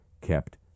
kept